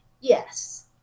Yes